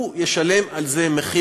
הוא ישלם על זה מחיר.